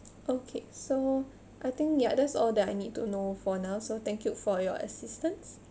okay so I think ya that's all that I need to know for now so thank you for your assistance